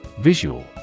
Visual